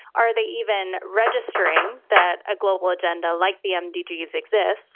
are they even registering that a global agenda like the mdgs exist?